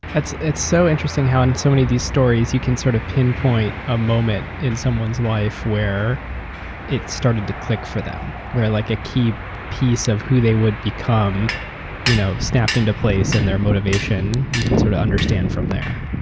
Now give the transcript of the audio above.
it's it's so interesting how in so many of these stories, you can sort of pinpoint a moment in someone's life where it started to click for them. where like a key piece of who they would become you know snap into place and their motivation, you can sort of understand from there.